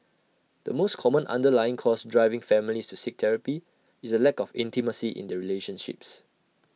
the most common underlying cause driving families to seek therapy is the lack of intimacy in their relationships